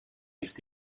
ist